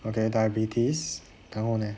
okay diabetes 然后 leh